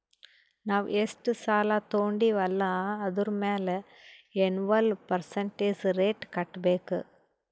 ನಾವ್ ಎಷ್ಟ ಸಾಲಾ ತೊಂಡಿವ್ ಅಲ್ಲಾ ಅದುರ್ ಮ್ಯಾಲ ಎನ್ವಲ್ ಪರ್ಸಂಟೇಜ್ ರೇಟ್ ಕಟ್ಟಬೇಕ್